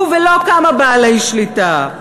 הוא, ולא כמה בעלי שליטה.